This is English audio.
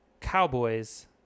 Cowboys